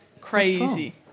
crazy